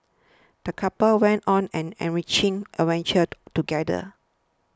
the couple went on an enriching adventure together